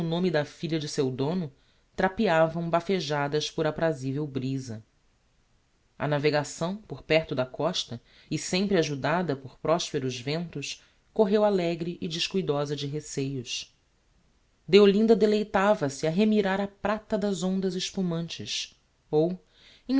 seu dono trapeavam bafejadas por aprazivel briza a navegação por perto da costa e sempre ajudada por prosperos ventos correu alegre e descuidosa de receios deolinda deleitava-se a remirar a prata das ondas espumantes ou